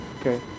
Okay